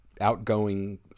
outgoing